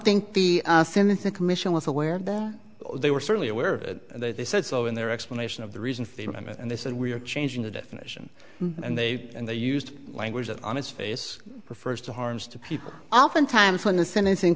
think the since the commission was aware that they were certainly aware of it they said so in their explanation of the reason for them and they said we're changing the definition and they and they used language that on its face refers to harms to people oftentimes when the sentencing